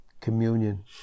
Communion